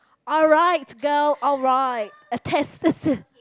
alright girl alright a test